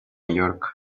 york